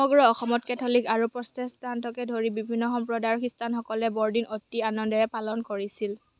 সমগ্ৰ অসমত কেথলিক আৰু প্ৰচচেষ্টাণ্টকে ধৰি বিভিন্ন সম্প্ৰদায়ৰ খ্ৰীষ্টানসকলে বৰদিন অতি আনন্দেৰে পালন কৰিছিল